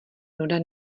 nuda